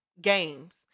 games